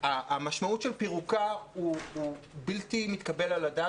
המשמעות של פירוקה היא בלתי מתקבלת על הדעת,